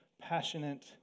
passionate